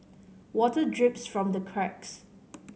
water drips from the cracks